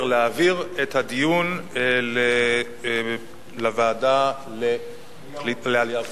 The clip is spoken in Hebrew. להעביר את הדיון לוועדת העלייה והקליטה.